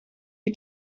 die